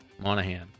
Monahan